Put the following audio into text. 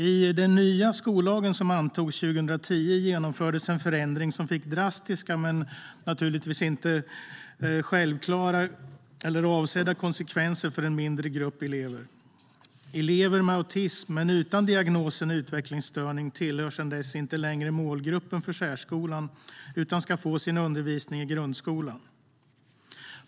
I den nya skollagen, som antogs 2010, genomfördes en förändring som fick drastiska men naturligtvis inte självklara eller avsedda konsekvenser för en mindre grupp elever. Elever med autism men utan diagnosen utvecklingsstörning tillhör sedan dess inte längre målgruppen för särskolan, utan ska få sin undervisning i grundskolan.